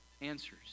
answers